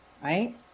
Right